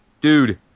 Dude